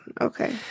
Okay